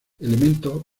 elementos